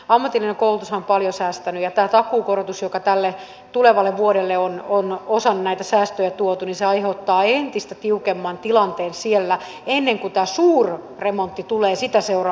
nythän ammatillinen koulutus on paljon säästänyt ja tämä takuukorotus joka tälle tulevalle vuodelle on osan näitä säästöjä tuonut aiheuttaa entistä tiukemman tilanteen siellä ennen kuin tämä suurremontti tulee sitä seuraavana vuonna